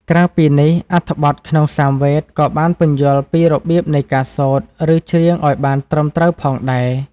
ក្រៅពីនេះ អត្ថបទក្នុងសាមវេទក៏បានពន្យល់ពីរបៀបនៃការសូត្រ ឬច្រៀងឱ្យបានត្រឹមត្រូវផងដែរ។